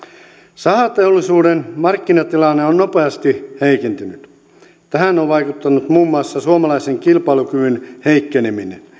sahateollisuuden markkinatilanne on nopeasti heikentynyt tähän on vaikuttanut muun muassa suomalaisen kilpailukyvyn heikkeneminen